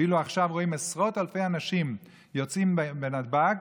ואילו עכשיו רואים עשרות אלפי אנשים יוצאים להם בנתב"ג,